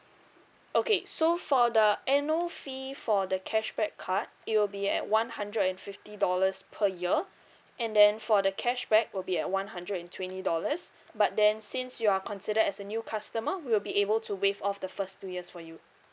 okay so for the annual fee for the cashback card it'll be at one hundred and fifty dollars per year and then for the cashback will be at one hundred and twenty dollars but then since you are considered as a new customer we'll be able to waive off the first two years for you